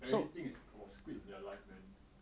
everything is oh squid is their life man